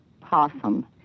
possum